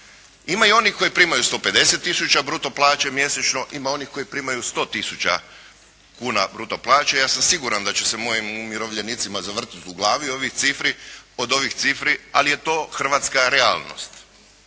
Ima i onim koji primaju 150 tisuća bruto plaće mjesečno, ima onih koji primaju 100 tisuća kuna bruto plaće, ja sam siguran da će se mojim umirovljenicima zavrtiti u glavi od ovih cifri, ali je to hrvatska realnost.